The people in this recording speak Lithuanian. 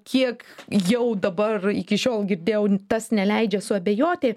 kiek jau dabar iki šiol girdėjau tas neleidžia suabejoti